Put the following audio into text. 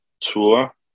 tour